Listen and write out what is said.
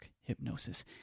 Hypnosis